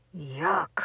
yuck